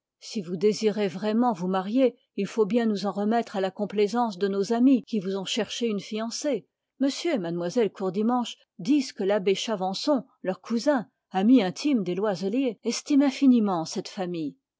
si vous désirez vraiment vous marier il faut bien nous en remettre à la complaisance de nos amis que vous ont cherché une fiancée m et mlle courdimanche disent que l'abbé chavançon leur cousin ami intime des loiselier estime infiniment cette famille